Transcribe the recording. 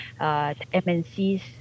MNCs